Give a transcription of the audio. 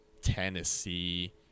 Tennessee